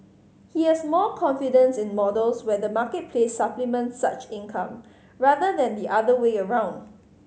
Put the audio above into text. he has more confidence in models where the marketplace supplements such income rather than the other way around